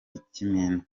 ikimina